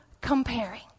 comparing